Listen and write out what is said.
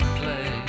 play